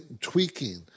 tweaking